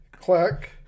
click